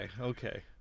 okay